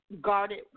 guarded